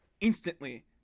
Instantly